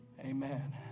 Amen